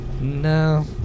no